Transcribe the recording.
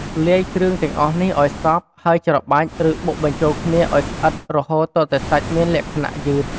លាយគ្រឿងទាំងអស់នេះឱ្យសព្វ ហើយច្របាច់ ឬបុកបញ្ចូលគ្នាឱ្យស្អិតរហូតទាល់តែសាច់មានលក្ខណៈយឺត។